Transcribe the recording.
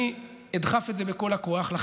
אני כשר אוצר אילחם בכל כוחי,